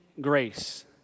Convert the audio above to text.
Grace